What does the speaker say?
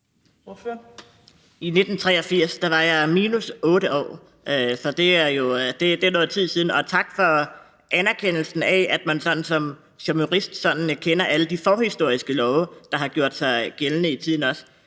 I 1983 var jeg minus 8 år, så det er noget tid siden. Og tak for anerkendelsen af, at man som jurist kender alle de forhistoriske love, der har gjort sig gældende gennem tiden.